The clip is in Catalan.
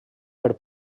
per